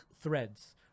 threads